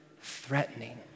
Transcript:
threatening